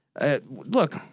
look